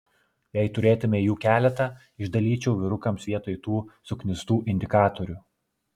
jei turėtumei jų keletą išdalyčiau vyrukams vietoj tų suknistų indikatorių